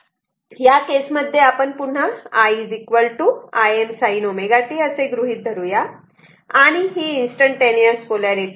या केस मध्ये आपण पुन्हा i Im sin ω t असे गृहीत धरू या आणि ही इन्स्टंटटेनिअस पोलारिटी आहे